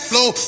Flow